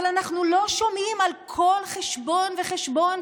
אבל אנחנו לא שומעים על כל חשבון וחשבון,